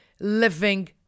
living